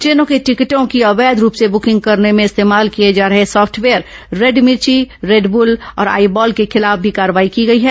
ट्रेनों के टिकटों की अवैध रूप से बुकिंग करने में इस्तेमाल किए जा रहे software Red Mirchi Red Bull और आई बॉल के खिलाफ भी कार्रवाई की गई है